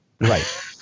Right